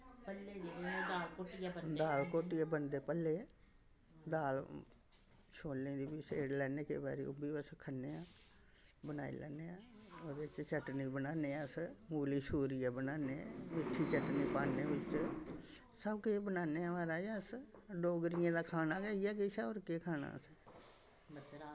दाल घोटियै बनदे भल्ले दाल छोल्लें दी बी सेड़ी लैन्ने केईं बारी ओह् बी अस खन्ने आं बनाई लैन्ने आं ओह्दे च चटनी बनान्ने अस मूली छूरियै बनान्ने मिट्ठी चटनी पान्ने बिच्च सब्भ किश बनान्ने म्हाराज अस डोगरियें दा खाना गै इ'यै किश ऐ होर केह् खाना असें